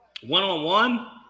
One-on-one